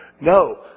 no